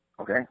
Okay